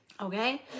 Okay